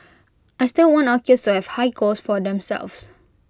I still want our kids to have high goals for themselves